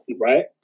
right